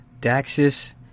Daxis